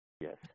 Yes